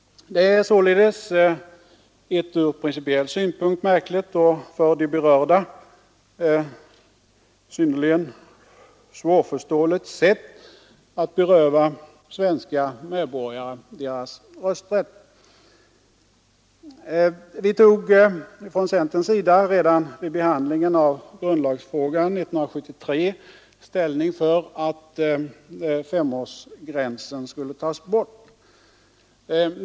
Det är således ett ur principiell synpunkt märkligt och för de berörda synnerligen svårförståeligt sätt att beröva svenska medborgare deras rösträtt. Vi tog redan vid behandlingen av grundlagsfrågan 1973 ställning för att femårsgränsen skulle tas bort.